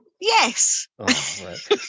Yes